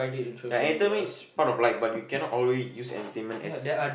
entertainment is part of life but you cannot always use entertainment as